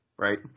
Right